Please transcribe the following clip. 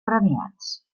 premiats